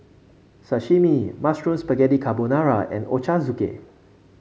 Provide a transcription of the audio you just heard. Sashimi Mushroom Spaghetti Carbonara and Ochazuke